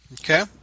Okay